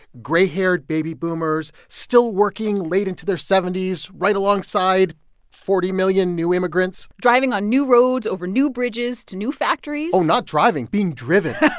gray-haired baby boomers still working late into their seventy s right alongside forty million new immigrants driving on new roads over new bridges to new factories oh, not driving, being driven.